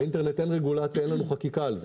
באינטרנט אין רגולציה, אין לנו חקיקה על זה.